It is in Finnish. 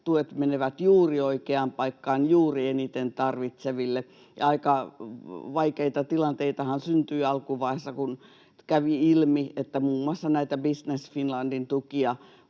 tuet menevät juuri oikeaan paikkaan, juuri eniten tarvitseville. Aika vaikeita tilanteitahan syntyi alkuvaiheessa, kun kävi ilmi, että muun muassa Business Finlandin tukia